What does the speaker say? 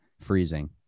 freezing